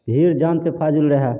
भीड़ जानसे फाजिल रहै